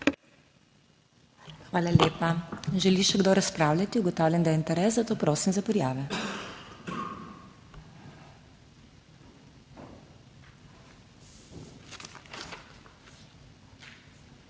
Hvala lepa. Želi še kdo razpravljati? (Da.) Ugotavljam, da je interes, zato prosim za prijavo. Najprej